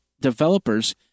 developers